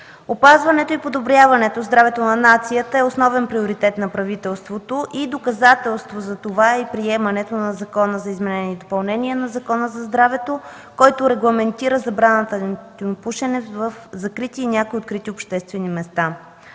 Опазването и подобряването на здравето на нацията е основен приоритет на правителството и доказателство за това е и приемането на Закона за изменение и допълнение на Закона за здравето, който регламентира забраната за тютюнопушене в закрити и в някои открити обществени места.